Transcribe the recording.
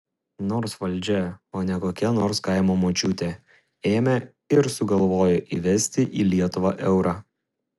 nors valdžia o ne kokia nors kaimo močiutė ėmė ir sugalvojo įvesti į lietuvą eurą